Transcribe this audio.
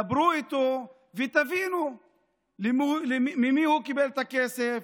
דברו איתו ותבינו ממי הוא קיבל את הכסף,